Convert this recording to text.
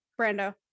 Brando